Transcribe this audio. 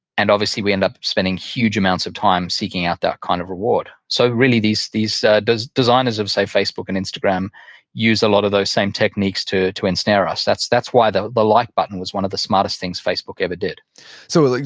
and obviously we end up spending huge amounts of time seeking out that kind of reward. so really, these these designers of, say facebook and instagram use a lot of those same techniques to to ensnare us. that's that's why the the like button was one of the smartest things facebook ever did so like,